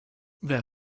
their